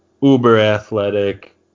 uber-athletic